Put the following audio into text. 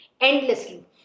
endlessly